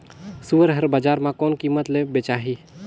सुअर हर बजार मां कोन कीमत ले बेचाही?